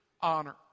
honor